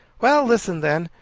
well, listen then.